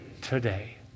today